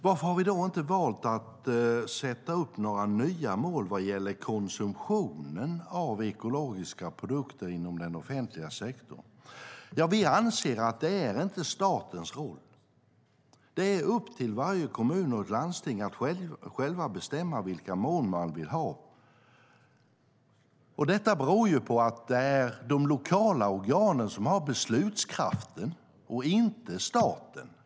Varför har vi då valt att inte sätta upp några nya mål vad gäller konsumtionen av ekologiska produkter inom den offentliga sektorn? Vi anser att det inte är statens roll. Det är upp till varje kommun och landsting att själv bestämma vilka mål man vill ha. Det är i det här sammanhanget de lokala organen som har beslutskraften, inte staten.